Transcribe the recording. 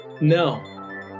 No